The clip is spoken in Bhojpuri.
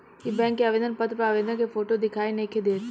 इ बैक के आवेदन पत्र पर आवेदक के फोटो दिखाई नइखे देत